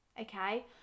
Okay